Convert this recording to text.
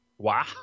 Wow